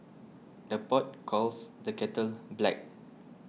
the pot calls the kettle black